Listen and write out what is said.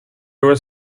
was